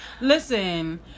listen